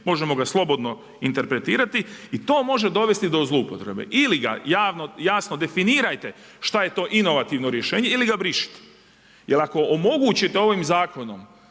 Možemo ga slobodno interpretirati i to može dovesti do zloupotrebe. Ili ga jasno definirajte šta je to inovativno rješenje ili ga brišite. Jer ako omogućite ovim zakonom